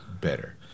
Better